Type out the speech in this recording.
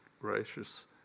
gracious